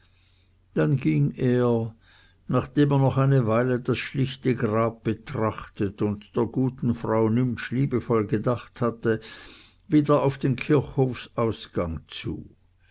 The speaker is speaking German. dann ging er nachdem er noch eine weile das schlichte grab betrachtet und der guten frau nimptsch liebevoll gedacht hatte wieder auf den kirchhofsausgang zu